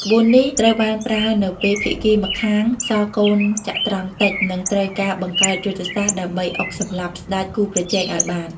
ក្បួននេះត្រូវបានប្រើនៅពេលភាគីម្នាក់សល់កូនចត្រង្គតិច និងត្រូវការបង្កើតយុទ្ធសាស្ត្រដើម្បីអុកសម្លាប់ស្ដេចគូប្រជែងឲ្យបាន។